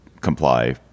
comply